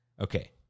Okay